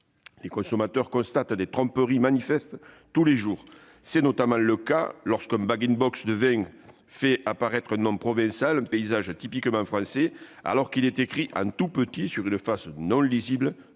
Les consommateurs constatent des tromperies manifestes tous les jours : c'est notamment le cas lorsqu'un Bag-in-Box de vin fait apparaître un nom provincial et un paysage typiquement français, alors qu'il est écrit, en tout petit, sur une face non visible,